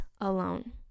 alone